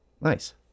nice